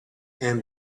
and